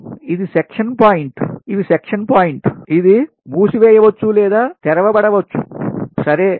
మరియు ఇది section point ఇవి సెక్షన్ పాయింట్ ఇది మూసివేయవచ్చు లేదా తెరవబడవచ్చుసరే